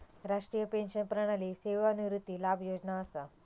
राष्ट्रीय पेंशन प्रणाली सेवानिवृत्ती लाभ योजना असा